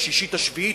השישית והשביעית,